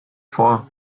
vor